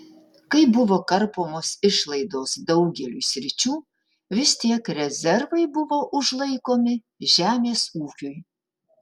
kai buvo karpomos išlaidos daugeliui sričių vis tiek rezervai buvo užlaikomi žemės ūkiui